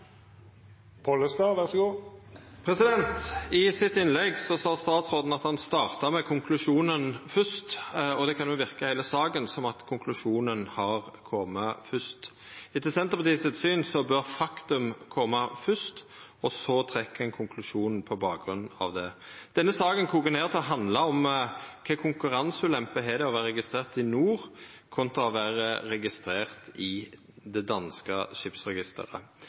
I innlegget sitt sa statsråden at han starta med konklusjonen, og det kan verka i heile saka som at konklusjonen har kome først. Etter Senterpartiet sitt syn bør faktum koma først, og så trekkjer ein konklusjonen på bakgrunn av det. Denne saka kokar ned til å handla om kva konkurranseulempe det har å vera registrert i NOR kontra å vera registrert i det danske skipsregisteret.